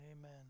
Amen